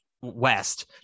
West